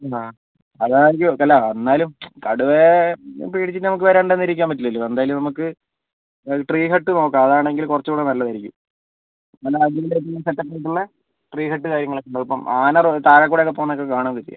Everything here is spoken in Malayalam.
ആ അതാണെങ്കിൽ ഓ അല്ല എന്നാലും കടുവയെ പേടിച്ചിട്ട് നമുക്ക് വരാണ്ടൊന്നും ഇരിക്കാൻ പറ്റില്ലല്ലോ എന്തായാലും നമുക്ക് ട്രീ ഹട്ട് നോക്കാം അതാണെങ്കിൽ കുറച്ചൂടെ നല്ലതായിരിക്കും അല്ല അതിൻ്റെ ഫുൾ സെറ്റ് അപ്പ് ഒക്കെ ഉള്ള ട്രീ ഹട്ട് കാര്യങ്ങളൊക്കെ ഉണ്ട് അതിപ്പം ആന താഴേക്കൂടെ ഒക്കെ പോകുന്നതൊക്കെ കാണാൻ കഴിയും